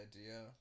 idea